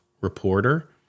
reporter